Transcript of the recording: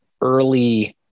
early